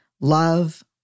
Love